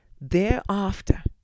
thereafter